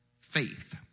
faith